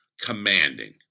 commanding